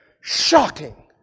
Shocking